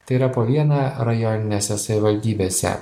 tai yra po vieną rajoninėse savivaldybėse